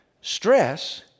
stress